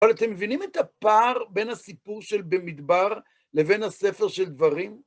אבל אתם מבינים את הפער בין הסיפור של במדבר לבין הספר של דברים?